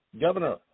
Governor